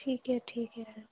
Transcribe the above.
ਠੀਕ ਹੈ ਠੀਕ ਹੈ